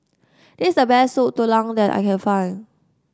this is a best Soup Tulang that I can find